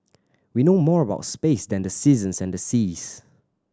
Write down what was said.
we know more about space than the seasons and the seas